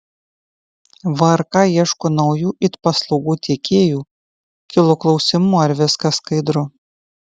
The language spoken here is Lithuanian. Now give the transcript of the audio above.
vrk ieško naujų it paslaugų tiekėjų kilo klausimų ar viskas skaidru